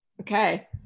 Okay